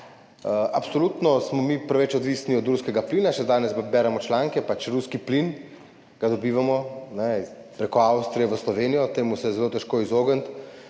Absolutno smo mi preveč odvisni od ruskega plina, še danes beremo članke, ruski plin dobivamo prek Avstrije v Slovenijo, temu se je zelo težko izogniti,